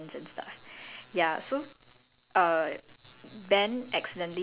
job title is actually called plumbers cause they like get rid of aliens and stuff